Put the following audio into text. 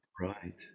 Right